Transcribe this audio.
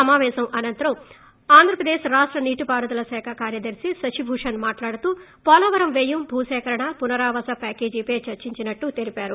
సమాపేశానంతరం ఆంధ్రప్రదేశ్ రాష్ట నీటిపారుదల శాఖ కార్యదర్తి శశిభూషణ్ మాట్లాడుతూ పోలవరం వ్యయం భూసేకరణ పునరావాస ప్యాకేజీపై చర్చించినట్లు తెలిపారు